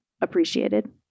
appreciated